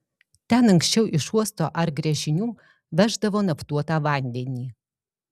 ten anksčiau iš uosto ar gręžinių veždavo naftuotą vandenį